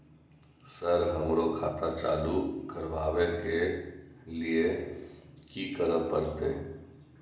Sir हमरो खाता चालू करबाबे के ली ये की करें परते?